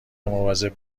مواظب